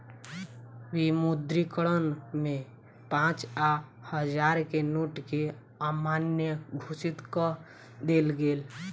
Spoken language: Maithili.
विमुद्रीकरण में पाँच आ हजार के नोट के अमान्य घोषित कअ देल गेल